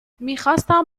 میخواستم